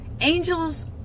Angels